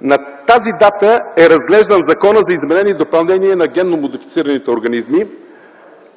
На тази дата е разглеждан Законът за изменение и допълнение на генно модифицираните организми,